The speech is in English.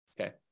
Okay